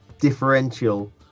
differential